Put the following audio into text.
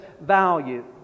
value